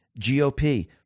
GOP